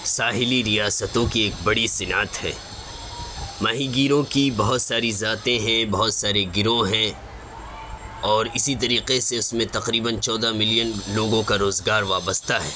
ساحلی ریاستوں کی ایک بڑی شناخت ہے ماہی گیروں کی بہت ساری ذاتیں ہیں بہت سارے گروہ ہیں اور اسی طریقے سے اس میں تقریباً چودہ ملین لوگوں کا روزگار وابستہ ہے